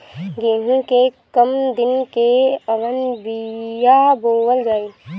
गेहूं के कम दिन के कवन बीआ बोअल जाई?